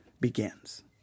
begins